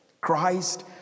Christ